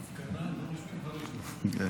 אדוני היושב-ראש, שרים